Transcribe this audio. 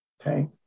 okay